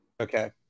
Okay